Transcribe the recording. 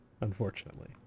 unfortunately